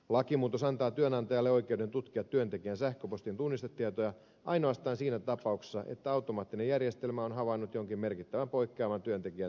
lakimuutos antaa työnantajalle oikeuden tutkia työntekijän sähköpostin tunnistetietoja ainoastaan siinä tapauksessa että automaattinen järjestelmä on havainnut jonkin merkittävän poikkeaman työntekijän sähköpostiliikenteessä